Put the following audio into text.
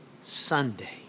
Sunday